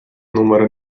nummer